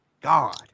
god